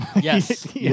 Yes